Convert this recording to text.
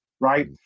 right